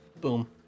Boom